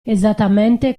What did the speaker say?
esattamente